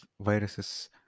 viruses